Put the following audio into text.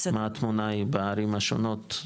מה התמונה בערים השונות,